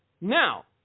Now